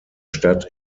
stadt